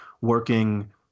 working